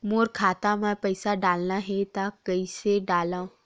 मोर खाता म पईसा डालना हे त कइसे डालव?